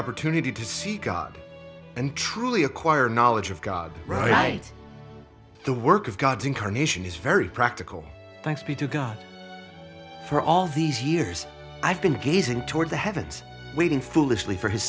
opportunity to see god and truly acquire knowledge of god right the work of god's incarnation is very practical thanks be to god for all these years i've been gazing toward the heavens waiting foolishly for his